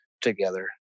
together